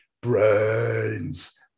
brains